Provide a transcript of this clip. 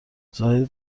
زاهدی